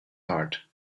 heart